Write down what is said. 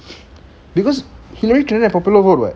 because hillary clinton had popular vote [what]